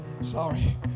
sorry